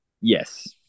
Yes